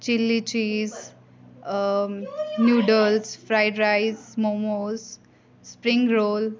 chilli cheese noodles fried rice momos spring role